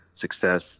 success